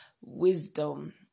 wisdom